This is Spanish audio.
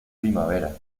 primavera